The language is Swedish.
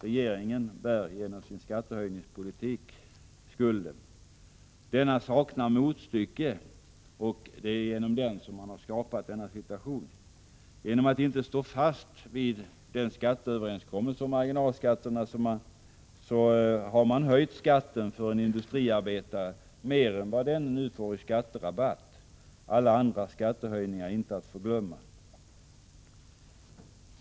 Regeringen bär skulden. Genom en skattehöjningspolitik som saknar motstycke har man skapat denna situation. Genom att inte stå fast vid skatteöverenskommelsen om marginalskatterna har man höjt skatten för en industriarbetare mer än vad denne nu får i skatterabatt, alla andra skattehöjningar inte att förglömma.